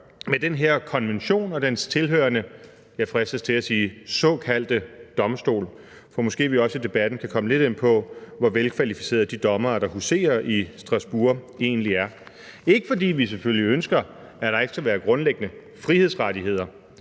med den her konvention og dens tilhørende, jeg fristes til at sige såkaldte domstol. For måske vi også i debatten kan komme lidt ind på, hvor velkvalificerede de dommere, der huserer i Strasbourg, egentlig er, selvfølgelig ikke fordi vi ønsker, at der ikke skal være grundlæggende frihedsrettigheder